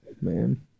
Man